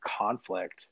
conflict